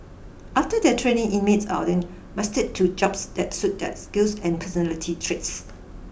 after their training inmates are then matched to jobs that suit their skills and personality traits